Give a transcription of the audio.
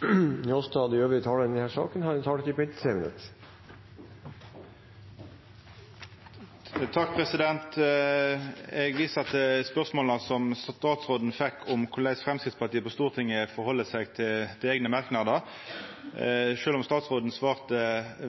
Eg viser til spørsmålet som statsråden fekk, om korleis Framstegspartiet på Stortinget stiller seg til eigne merknader. Sjølv om statsråden svarte